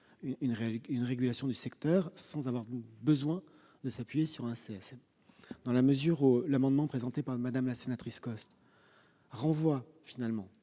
une régulation du secteur sans avoir besoin de s'appuyer sur ce conseil. Dans la mesure où l'amendement présenté par Mme Costes vise finalement